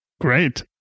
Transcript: Great